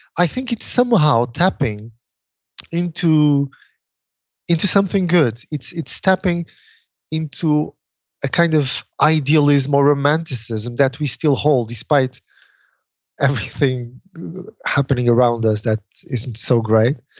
i think it's somehow tapping into into something good. it's it's tapping into a kind of ideal is more romanticism that we still hold despite everything happening around us that isn't so great.